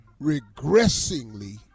regressingly